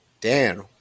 dan